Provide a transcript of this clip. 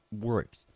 works